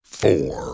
four